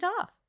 off